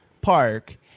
park